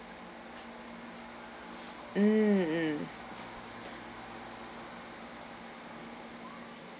mm mm